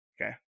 Okay